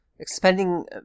expending